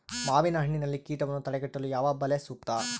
ಮಾವಿನಹಣ್ಣಿನಲ್ಲಿ ಕೇಟವನ್ನು ತಡೆಗಟ್ಟಲು ಯಾವ ಬಲೆ ಸೂಕ್ತ?